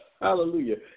hallelujah